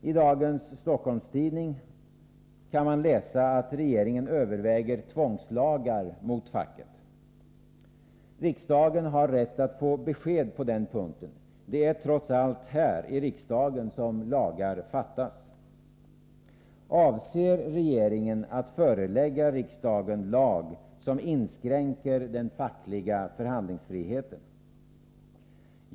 I dagens nummer av Stockholms-Tidningen kan man läsa att regeringen överväger tvångslagar mot facket. Riksdagen har rätt att få besked på den punkten — det är trots allt här, i riksdagen, som lagar stiftas. Avser regeringen att förelägga riksdagen förslag om en lag som inskränker den fackliga förhandlingsfriheten?